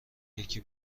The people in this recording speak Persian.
یکی